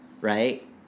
right